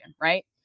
right